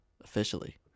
officially